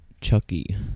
Chucky